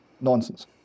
nonsense